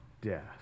death